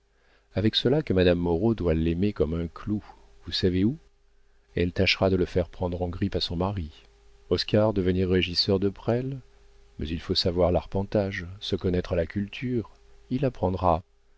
avec cela que madame moreau doit l'aimer comme un clou vous savez où elle tâchera de le faire prendre en grippe à son mari oscar devenir régisseur de presles mais il faut savoir l'arpentage se connaître à la culture il apprendra